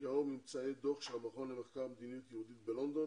לאור ממצאי הדוח של המכון למחקר מדיניות יהודית בלונדון